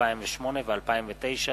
2008 ו-2009),